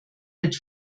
mit